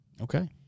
Okay